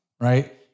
right